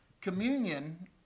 communion